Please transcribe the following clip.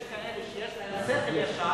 יש כאלה שיש להם שכל ישר,